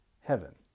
heaven